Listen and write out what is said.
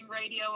radio